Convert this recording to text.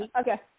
Okay